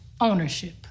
ownership